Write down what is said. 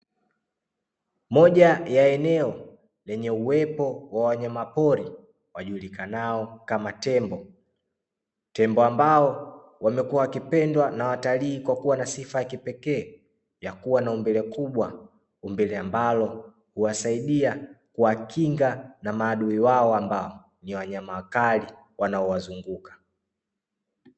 Moja ya eneo lenye uwepo wa wanyama pori wajulikanao kama tembo. Tembo ambao wamekuwa wakipendwa na watalii kwa kuwa na sifa ya kipekee ya kuwa na umbile kubwa, umbile ambalo huwasaidia kuwakinga na maadui wao ambao ni wanyama wakali wanaowazunguka.